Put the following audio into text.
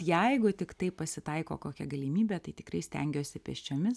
jeigu tiktai pasitaiko kokia galimybė tai tikrai stengiuosi pėsčiomis